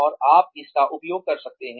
और आप इसका उपयोग कर सकते हैं